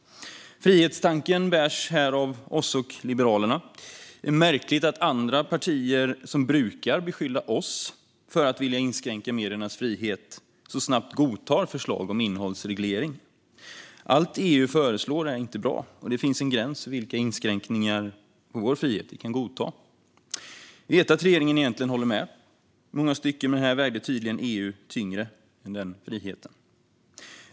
Frihetstanken bärs här av oss och Liberalerna. Det är märkligt att andra partier som brukar beskylla oss för att vilja inskränka mediernas frihet så snabbt godtar förslag om innehållsreglering. Allt EU föreslår är inte bra, och det finns en gräns för vilka inskränkningar i vår frihet vi kan godta. Vi vet att regeringen egentligen håller med i många stycken, men här vägde tydligen EU tyngre än friheten.